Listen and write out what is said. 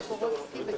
ננעלה בשעה 17:26.